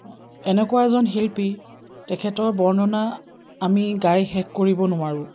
এনেকুৱা এজন শিল্পী তেখেতৰ বৰ্ণনা আমি গাই শেষ কৰিব নোৱাৰোঁ